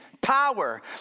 power